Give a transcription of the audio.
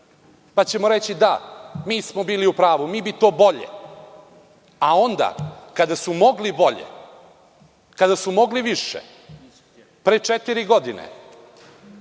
pa ćemo reći – da, mi smo bili u pravu, mi bi to bolje. A onda kada su mogli bolje, kada su mogli više, pre četiri godine,